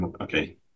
Okay